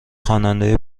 خواننده